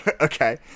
okay